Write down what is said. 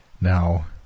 Now